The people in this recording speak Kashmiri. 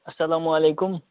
اَسلام وعلیکُم